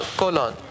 colon